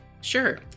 Sure